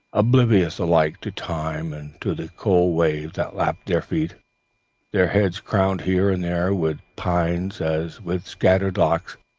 oblivious alike to time and to the cold waves that lapped their feet their heads crowned here and there with pines as with scattered locks,